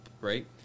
right